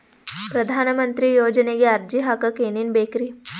ಪ್ರಧಾನಮಂತ್ರಿ ಯೋಜನೆಗೆ ಅರ್ಜಿ ಹಾಕಕ್ ಏನೇನ್ ಬೇಕ್ರಿ?